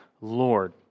Lord